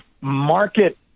market